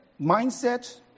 mindset